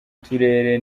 turere